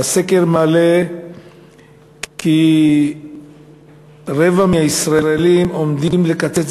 הסקר מעלה כי רבע מהישראלים עומדים לקצץ,